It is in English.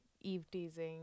eve-teasing